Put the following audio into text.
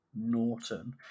Norton